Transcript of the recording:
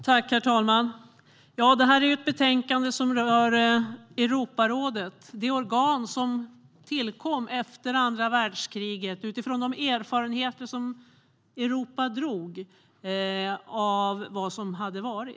Herr talman! Detta betänkande gäller Europarådet, det organ som tillkom efter andra världskriget utifrån de erfarenheter som Europa drog av det som hade varit.